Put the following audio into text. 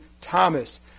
Thomas